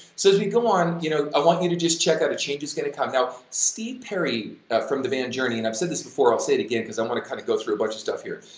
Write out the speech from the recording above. so, as we go on, you know, i want you to just check out a change is gonna come. now, steve perry from then band journey and i've said this before, i'll say it again because i want to kind of go through a bunch of stuff here.